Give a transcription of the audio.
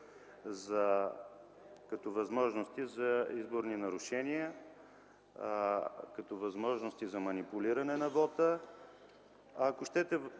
като възможности за изборни нарушения, като възможности за манипулиране на вота, ако щете,